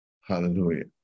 Hallelujah